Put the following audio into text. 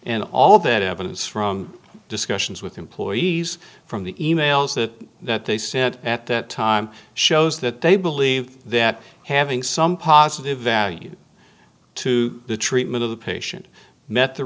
and all that evidence from discussions with employees from the e mails that that they said at that time shows that they believe that having some positive value to the treatment of the patient met the